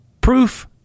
proof